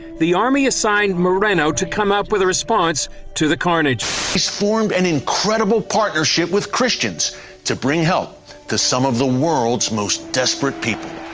the army assigned moreno to come up with a response to the carnage he's formed an incredible partnership with christians to bring help to some of the world's most desperate people.